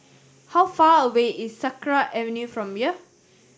how far away is Sakra Avenue from here